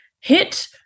hit